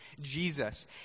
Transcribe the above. Jesus